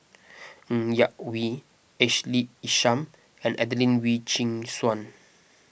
Ng Yak Whee Ashley Isham and Adelene Wee Chin Suan